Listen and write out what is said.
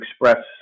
express